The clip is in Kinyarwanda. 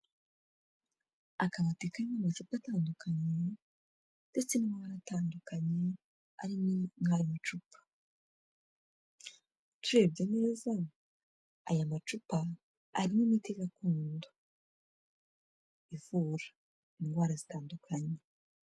Akabati karimo amacupa atandukanye, ndetse n'amabara atandukanye, arimo ari mwayo macupa, urebye neza ,aya macupa arimo imiti gakondo, ivura indwara zitandukanye.